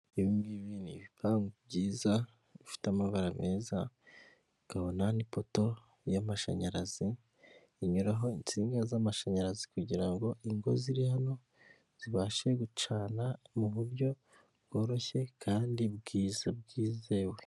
Ibi ngibi ni ibipangu byiza, bifite amabara meza, tukabona n'ipoto y'amashanyarazi, inyuraho insinga z'amashanyarazi kugira ngo ingo ziri hano zibashe gucana mu buryo bworoshye kandi bwiza bwizewe.